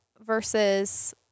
versus